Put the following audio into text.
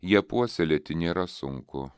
ją puoselėti nėra sunku